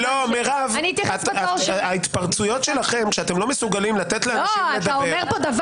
אני מבטל פסק דין כי ההליך שלו לא היה תקין.